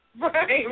right